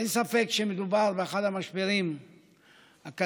אין ספק שמדובר באחד המשברים הכלכליים